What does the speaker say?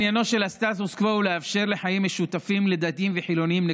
עניינו של הסטטוס קוו הוא לאפשר חיים משותפים לדתיים וחילונים.